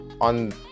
on